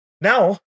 Now